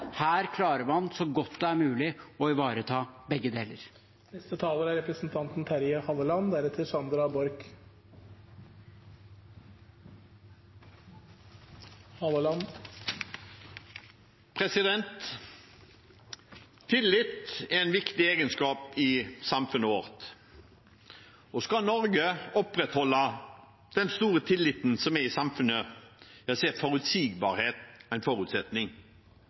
Her klarer man så godt det er mulig, å ivareta begge deler. Tillit er en viktig egenskap i samfunnet vårt, og skal Norge opprettholde den store tilliten som er i samfunnet, er forutsigbarhet en forutsetning.